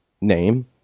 name